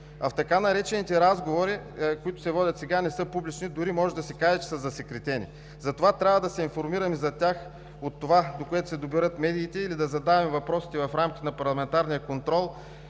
а в така наречените разговори, които се водят сега, не са публични, дори може да се каже, че са засекретени. Затова трябва да се информираме за тях от това, до което се доберат медиите, или да задаваме въпросите в рамките на парламентарния контрол,